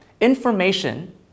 Information